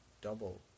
double